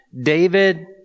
David